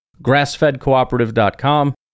grassfedcooperative.com